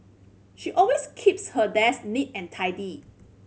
she always keeps her desk neat and tidy